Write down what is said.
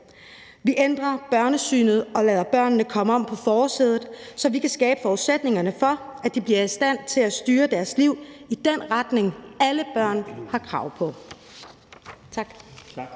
Vi ændrer børnesynet og lader børnene komme om på forsædet, så vi kan skabe forudsætningerne for, at de bliver i stand til at styre deres liv i den retning, alle børn har krav på.